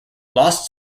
lost